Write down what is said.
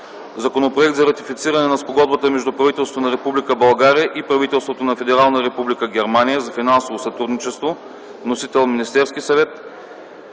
Законопроект за ратифициране на Спогодбата между правителството на Република България и правителството на Федерална република Германия за финансово сътрудничество. Вносител е Министерският съвет.